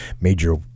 Major